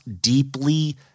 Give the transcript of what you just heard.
deeply